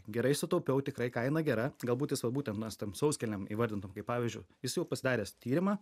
gerai sutaupiau tikrai kaina gera galbūt jis va būtent na su tom sauskelnėm įvardintom kaip pavyzdžiu jis jau pasidaręs tyrimą